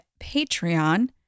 Patreon